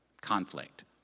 conflict